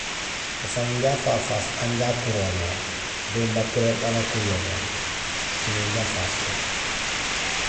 Éfara inja afafaas anja akuromé do bakuré baan akuur yo mé écimé inja afasol.